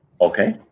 Okay